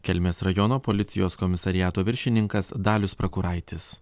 kelmės rajono policijos komisariato viršininkas dalius prakuraitis